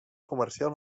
comercial